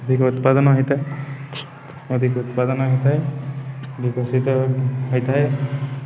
ଅଧିକ ଉତ୍ପାଦନ ହୋଇଥାଏ ଅଧିକ ଉତ୍ପାଦନ ହୋଇଥାଏ ବିକଶିତ ହୋଇଥାଏ